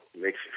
makes